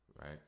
right